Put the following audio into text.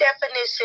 definition